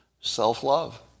self-love